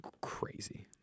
crazy